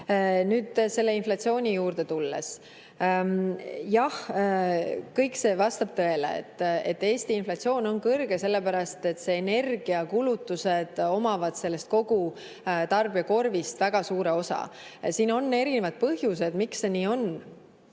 Nüüd inflatsiooni juurde tulles: jah, kõik see vastab tõele. Eesti inflatsioon on kõrge sellepärast, et energiakulutustel on kogu tarbijakorvis väga suur osa. Siin on erinevad põhjused, miks see nii on.